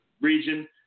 region